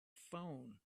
phone